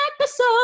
episode